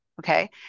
okay